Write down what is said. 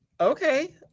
Okay